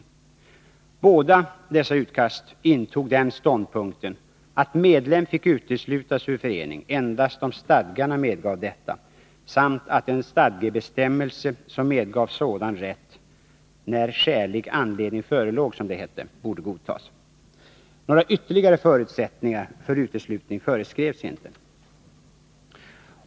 I båda dessa utkast intogs den ståndpunkten att medlem fick uteslutas ur förening endast om stadgarna medgav detta samt att en stadgebestämmelse som medgav sådan rätt ”när skälig anledning förelåg”, som det hette, borde godtas. Några ytterligare förutsättningar för uteslutningsrätt föreskrevs inte.